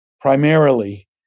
primarily